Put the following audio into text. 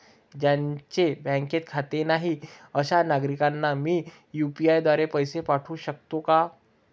ज्यांचे बँकेत खाते नाही अशा नागरीकांना मी यू.पी.आय द्वारे पैसे पाठवू शकतो का?